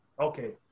Okay